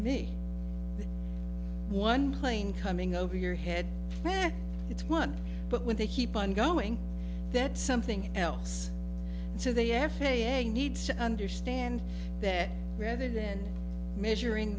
me one plane coming over your head it's one but when they keep on going that something else to the f a a needs to understand that rather than measuring